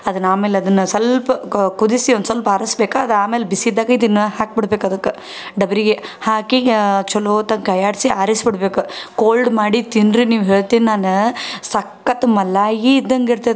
ಅದನ್ನ ಆಮೇಲೆ ಅದನ್ನು ಸ್ವಲ್ಪ ಕುದಿಸಿ ಒಂದು ಸ್ವಲ್ಪ ಆರಿಸ್ಬೇಕು ಅದು ಆಮೇಲೆ ಬಿಸಿ ಇದ್ದಾಗ ಇದನ್ನು ಹಾಕ್ಬಿಡ್ಬೇಕು ಅದಕ್ಕೆ ಡಬ್ರಿಗೆ ಹಾಕಿ ಛಲೋತ್ನಾಗ ಕೈಯ್ಯಾಡಿಸಿ ಆರಿಸ್ಬಿಡ್ಬೇಕು ಕೋಲ್ಡ್ ಮಾಡಿ ತಿನ್ನಿರಿ ನೀವು ಹೇಳ್ತೀನಿ ನಾನು ಸಖತ್ ಮಲಾಯೀ ಇದ್ದಂತೆ ಇರ್ತೈತಿ ಅದು